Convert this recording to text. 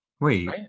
wait